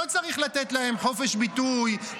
לא צריך לתת להם חופש ביטוי,